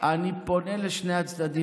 אנחנו לא קוראים לכם בוגד.